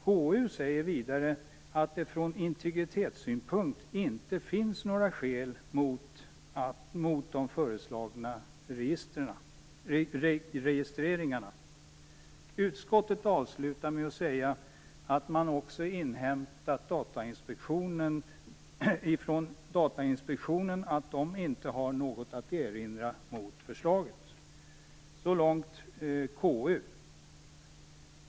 KU säger vidare att det från integritetssynpunkt inte finns några skäl mot de föreslagna registreringarna. Utskottet säger avslutningsvis att man också inhämtat från Datainspektionen att man inte har något att erinra mot förslaget. Så långt KU.